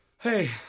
Hey